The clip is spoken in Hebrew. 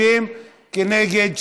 30. נגד,